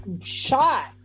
shot